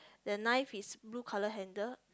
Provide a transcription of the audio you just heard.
the knife is blue colour handle